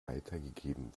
weitergegeben